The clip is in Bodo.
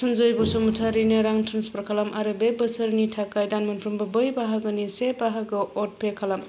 सनजय बैसुमुतियारिनो दाइनजौ रां ट्रेन्सफार खालाम आरो बे बोसोरसेनि थाखाय दानफ्रोमबो ब्रै बाहागोनि से बाहागो अट'पे खालाम